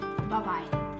Bye-bye